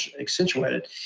accentuated